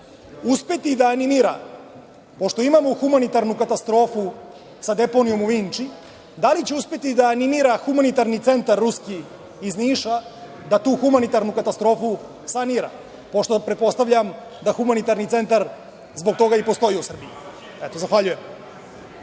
uspeti da animira, pošto imamo humanitarnu katastrofu sa deponijom u Vinči, da li će uspeti da animira humanitarni centar ruski iz Niša, da tu humanitarnu katastrofu sanira, pošto pretpostavljam da humanitarni centar zbog toga i postoji u Srbiji? Zahvaljujem.